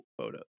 photos